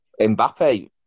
Mbappe